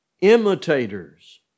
imitators